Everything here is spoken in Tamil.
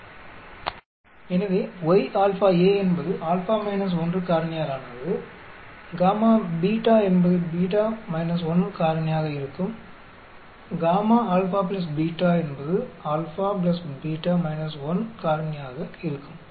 நான் நீண்ட காலத்திற்கு முன்பே பேசினேன் எனவே γ α a என்பது α 1 காரணியாலானது γ β என்பது β 1 காரணியாக இருக்கும் γ α β என்பது α β 1 காரணியாக இருக்கும்